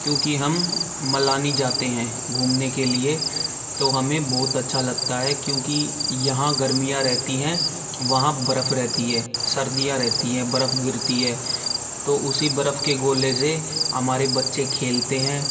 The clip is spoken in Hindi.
क्योंकि हम मनाली जाते हैं घूमने के लिए तो हमें बहुत अच्छा लगता है क्योंकि यहाँ गर्मियाँ रहती हैं वहाँ बर्फ़ रहती है सर्दियाँ रहती हैं बर्फ़ गिरती है तो उसी बर्फ़ के गोले से हमारे बच्चे खेलते हैं